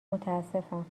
متاسفم